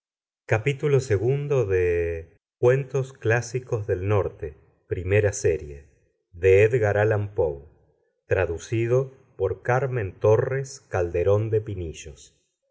gutenberg orglicense title cuentos clásicos del norte primera serie author edgar allan poe translator carmen torres calderón de pinillos